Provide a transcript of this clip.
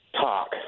talk